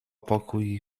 pokój